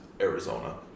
Arizona